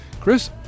Chris